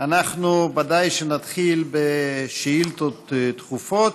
ודאי שנתחיל בשאילתות דחופות.